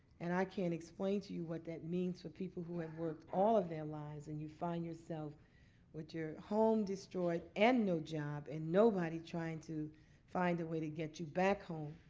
and i can't explain to you what that means to people who have worked all of their lives and you find yourself with your home destroyed and no job and nobody trying to find a way to get you back home,